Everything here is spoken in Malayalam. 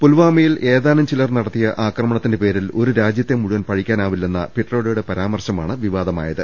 പുൽവാമയിൽ ഏതാനും ചിലർ നടത്തിയ ആക്രമണത്തിന്റെ പേരിൽ ഒരു രാജ്യത്തെ മുഴു വൻ പഴിക്കാനാവില്ലെന്ന പിട്രോഡയുടെ പരാമർശമാണ് വിവാദമായത്